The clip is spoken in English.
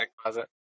closet